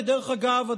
כדרך אגב,